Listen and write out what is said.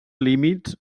límits